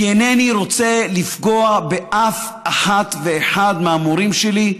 לפגוע באף אחת ואחד מהמורים שלי,